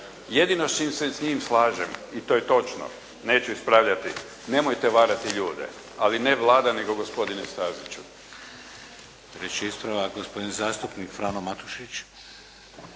Jedino s čim se s njim slažem i to je točno. Neću ispravljati. Nemojte varati ljude, ali ne Vlada nego gospodine Staziću. **Šeks, Vladimir (HDZ)** Treći ispravak gospodin zastupnik Frano Matušić.